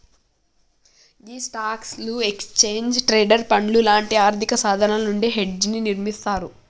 గీ స్టాక్లు, exchange traded పండ్లు లాంటి ఆర్థిక సాధనాలు నుండి హెడ్జ్ ని నిర్మిస్తారు